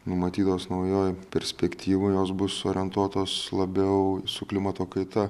numatytos naujoj perspektyvoj jos bus orientuotos labiau su klimato kaita